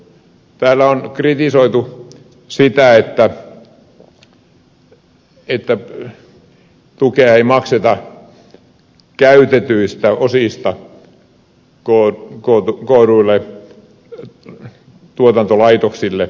täällä on kritisoitu sitä että tukea ei makseta käytetyistä osista kootuille tuotantolaitoksille